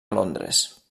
londres